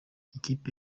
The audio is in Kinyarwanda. ikipe